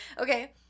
Okay